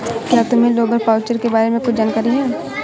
क्या तुम्हें labour voucher के बारे में कुछ जानकारी है?